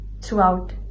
throughout